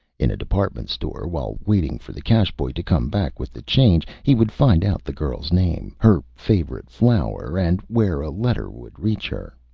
in a department store, while waiting for the cash boy to come back with the change, he would find out the girl's name, her favorite flower, and where a letter would reach her.